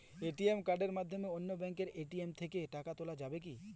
ATM কার্ডের মাধ্যমে অন্য ব্যাঙ্কের এ.টি.এম থেকে টাকা তোলা যাবে কি?